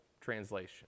translation